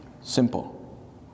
Simple